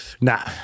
Nah